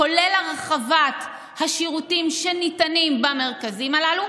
כולל הרחבת השירותים שניתנים במרכזים הללו,